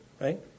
right